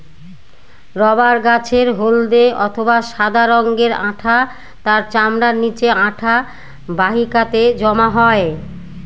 rubber গাছের হল্দে অথবা সাদা রঙের আঠা তার চামড়ার নিচে আঠা বাহিকাতে জমা হয়